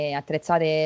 attrezzate